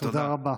תודה.